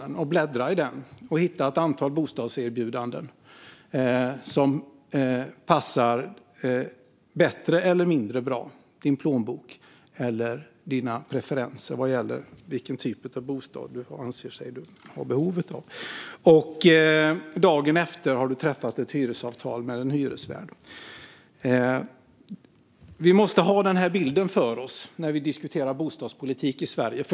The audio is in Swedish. Den kan man bläddra igenom och hitta ett antal bostadserbjudanden som bättre eller mindre bra passar ens plånbok eller preferenser vad gäller vilken typ av bostad man anser sig ha behov av. Dagen efter har man träffat ett hyresavtal med en hyresvärd. Vi måste ha denna bild framför oss när vi diskuterar bostadspolitik i Sverige.